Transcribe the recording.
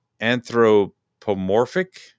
anthropomorphic